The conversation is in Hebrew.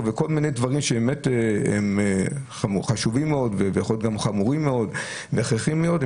וכל הדברים שבאמת הם חשובים מאוד וגם חמורים מאוד והכרחיים מאוד,